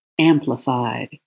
amplified